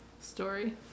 story